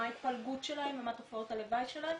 מה ההתפלגות שלהם ומה תופעות הלוואי שלהם.